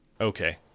Okay